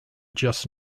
just